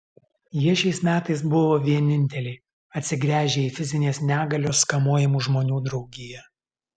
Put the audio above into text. jie šiais metais buvo vieninteliai atsigręžę į fizinės negalios kamuojamų žmonių draugiją